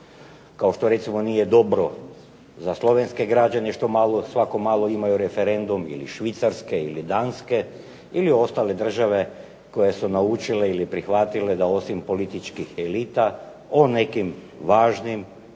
Kao što nije dobro za Slovenske građane što svako malo imaju referendum ili Švicarske ili Danske, ili ostale države koje su naučile ili prihvatile da osim političkih elita o nekim važnim